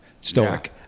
Stoic